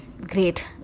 great